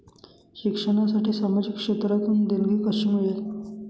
शिक्षणासाठी सामाजिक क्षेत्रातून देणगी कशी मिळेल?